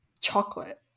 chocolate